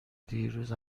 دیروز